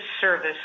service